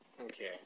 Okay